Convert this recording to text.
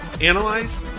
analyze